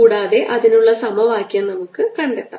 കൂടാതെ അതിനുള്ള സമവാക്യം നമുക്ക് കണ്ടെത്താം